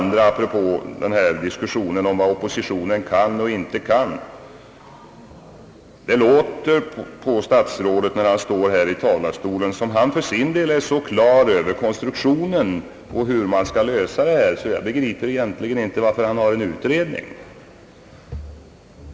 Apropå diskussionen om vad oppositionen kan och inte kan vill jag säga, att det låter på statsrådet, när han står i talarstolen, som om han för sin del är så klar över hur konstruktionen skall vara och hur man skall lösa detta problem att jag egentligen inte begriper varför han har en utredning.